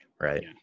right